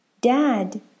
dad